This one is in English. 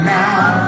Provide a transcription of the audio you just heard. now